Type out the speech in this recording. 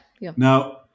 now